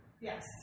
Yes